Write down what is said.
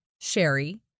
Sherry